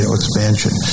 expansion